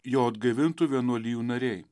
jo atgaivintų vienuolijų nariai